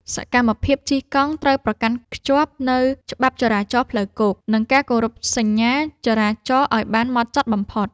សកម្មភាពជិះកង់ត្រូវប្រកាន់ខ្ជាប់នូវច្បាប់ចរាចរណ៍ផ្លូវគោក និងការគោរពសញ្ញាចរាចរណ៍ឱ្យបានហ្មត់ចត់បំផុត។